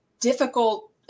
difficult